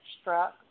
Struck